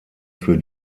für